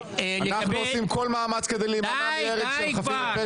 אנחנו עושים כל מאמץ כדי להימנע מהרג של חפים מפשע,